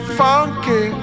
funky